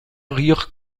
rire